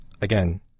again